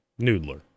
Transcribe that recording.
Noodler